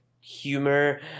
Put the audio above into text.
humor